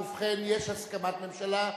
ובכן, יש הסכמת הממשלה.